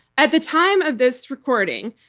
at the time of this recording,